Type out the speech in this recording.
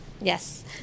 Yes